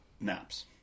naps